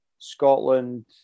scotland